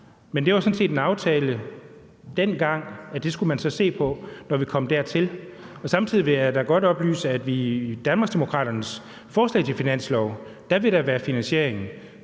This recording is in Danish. Men det var sådan set en aftale dengang, at man så skulle se på det, når vi kom dertil. Samtidig vil jeg da godt oplyse, at vi i Danmarksdemokraternes forslag til finanslov har finansieringen